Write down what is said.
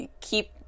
keep